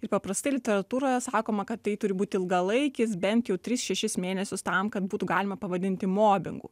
ir paprastai literatūroje sakoma kad tai turi būti ilgalaikis bent jau tris šešis mėnesius tam kad būtų galima pavadinti mobingu